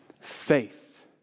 faith